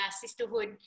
sisterhood